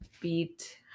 beat